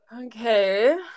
Okay